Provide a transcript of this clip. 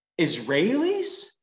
Israelis